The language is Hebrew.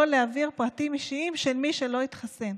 להעביר פרטים אישיים של מי שלא התחסן.